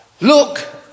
look